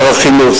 שר החינוך,